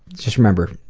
just remember,